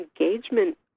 engagement